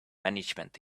management